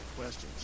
questions